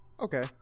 Okay